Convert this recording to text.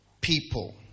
people